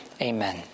Amen